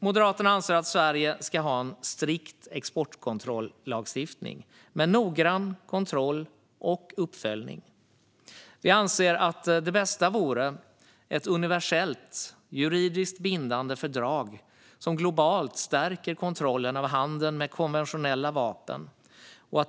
Moderaterna anser att Sverige ska ha en strikt exportkontrollagstiftning med noggrann kontroll och uppföljning. Vi anser att det bästa vore ett universellt juridiskt bindande fördrag som globalt stärker kontrollen av handeln med konventionella vapen.